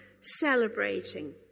celebrating